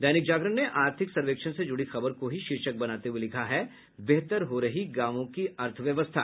दैनिक जागरण ने आर्थिक सर्वेक्षण से जुड़ी खबर को ही शीर्षक बनाते हुये लिखा है बेहतर हो रही गांवों की अर्थव्यवस्था